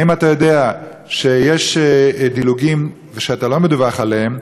האם אתה יודע שיש דילוגים ואתה לא מדווח עליהם?